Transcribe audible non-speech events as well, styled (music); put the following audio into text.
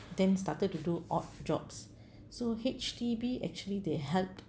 then started to do odd jobs (breath) so H_D_B actually they help